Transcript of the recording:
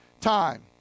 time